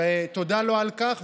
תודה לו על כך,